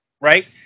right